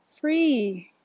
free